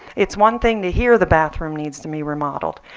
it's one thing to hear the bathroom needs to be remodeled,